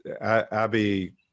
Abby